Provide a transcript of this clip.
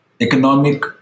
economic